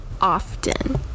often